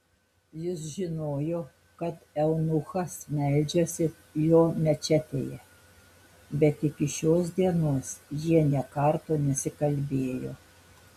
jis žinojo kad eunuchas meldžiasi jo mečetėje bet iki šios dienos jie nė karto nesikalbėjo